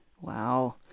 Wow